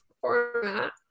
format